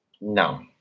No